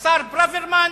השר ברוורמן,